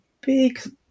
big